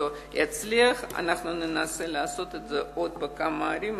יצליח ננסה לעשות את זה בעוד כמה ערים.